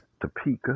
Topeka